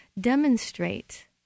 demonstrate